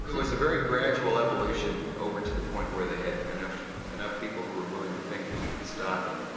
was a very gradual evolution over to the point where they had enough enough people who were willing to think that we could stop it.